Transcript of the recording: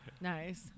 nice